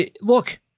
Look